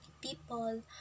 people